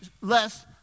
less